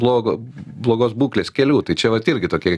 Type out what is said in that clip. blogo blogos būklės kelių tai čia vat irgi tokei